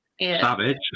Savage